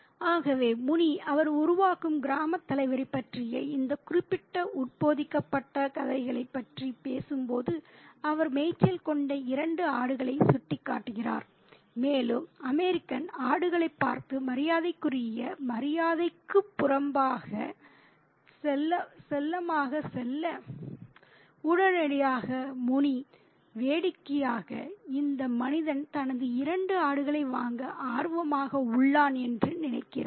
ஆகவே முனி அவர் உருவாக்கும் கிராமத் தலைவரைப் பற்றிய இந்த குறிப்பிட்ட உட்பொதிக்கப்பட்ட கதைகளைப் பற்றி பேசும்போது அவர் மேய்ச்சல் கொண்ட இரண்டு ஆடுகளை சுட்டிக்காட்டுகிறார் மேலும் அமெரிக்கன் ஆடுகளைப் பார்த்து மரியாதைக்குரிய மரியாதைக்கு புறம்பாக செல்லமாக செல்ல உடனடியாக முனி வேடிக்கையாக இந்த மனிதன் தனது இரண்டு ஆடுகளை வாங்க ஆர்வமாக உள்ளான் என்று நினைக்கிறான்